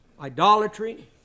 Idolatry